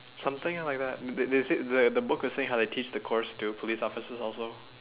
something like that they they said the book was saying how they teach the course to police officers also